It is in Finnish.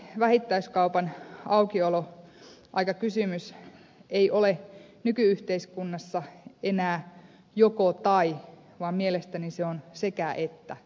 mielestäni vähittäiskaupan aukioloaikakysymys ei ole nyky yhteiskunnassa enää jokotai vaan mielestäni se on sekäettä kysymys